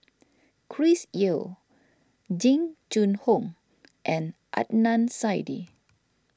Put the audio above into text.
Chris Yeo Jing Jun Hong and Adnan Saidi